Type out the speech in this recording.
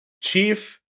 Chief